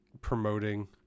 promoting